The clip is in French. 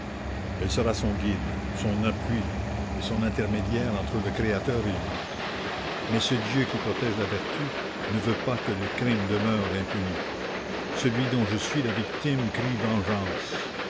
elle sera son guide son appui et son intermédiaire entre le créateur et lui mais ce dieu qui protège la vertu ne veut pas que le crime demeure impuni celui dont je suis la victime crie vengeance